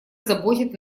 заботит